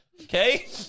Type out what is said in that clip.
okay